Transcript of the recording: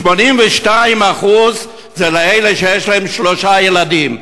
ש-82% הם לאלה שיש להם שלושה ילדים.